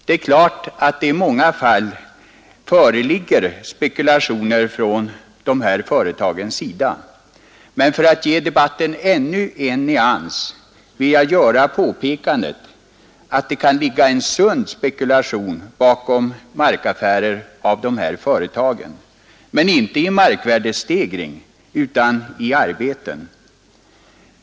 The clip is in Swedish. Det är klart att det i många fall föreligger spekulationer från dessa företags sida, men för att ge debatten ännu en nyans vill jag göra det påpekandet, att det kan ligga en sund spekulation bakom markaffärer från dessa företag, men inte i markvärdestegring utan i arbeten.